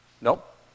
Nope